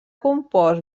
compost